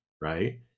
right